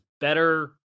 better